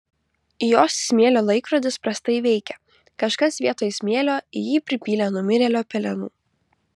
jos smėlio laikrodis prastai veikia kažkas vietoj smėlio į jį pripylė numirėlio pelenų